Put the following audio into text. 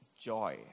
joy